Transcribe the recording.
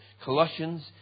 Colossians